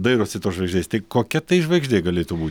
dairosi tos žvaigždės tai kokia tai žvaigždei galėtų būti